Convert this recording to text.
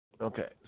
Okay